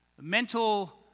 mental